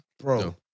Bro